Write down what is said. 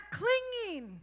clinging